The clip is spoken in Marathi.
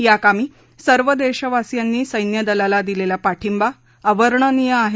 याकामी सर्व देशवासीयांनी सैन्य दलाला दिलेला पाठिंबा अवर्णनीय आहे